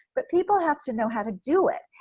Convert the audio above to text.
but people have to know how to do it.